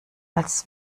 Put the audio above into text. als